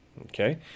Okay